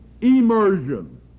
immersion